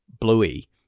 Bluey